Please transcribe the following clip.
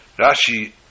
Rashi